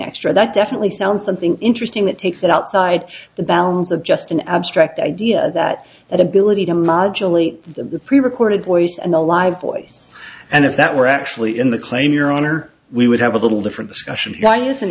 extra that definitely sounds something interesting that takes it outside the bounds of just an abstract idea that that ability to modularly the pre recorded voice and a live boy and if that were actually in the claim your honor we would have a little different discussion why isn't